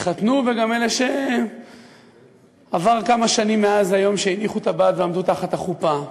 התחתנו וגם אלה שעברו כמה שנים מאז היום שהניחו טבעת ועמדו תחת החופה,